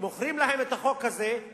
מוכרים להם את החוק הזה,